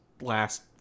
last